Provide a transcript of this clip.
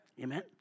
Amen